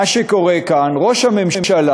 מה שקורה כאן, ראש הממשלה